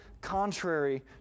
contrary